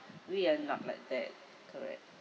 we are not like that correct